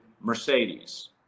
Mercedes